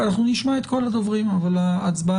אנחנו נשמע את כל הדוברים אבל ההצבעה